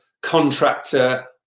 contractor